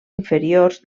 inferiors